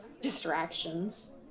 distractions